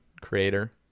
creator